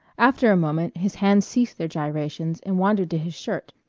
after a moment his hands ceased their gyrations and wandered to his shirt,